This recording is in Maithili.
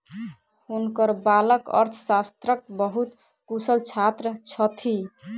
हुनकर बालक अर्थशास्त्रक बहुत कुशल छात्र छथि